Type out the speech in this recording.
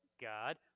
God